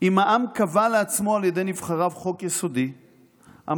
אם העם קבע לעצמו על ידי נבחריו חוק יסודי המגדיר